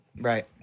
Right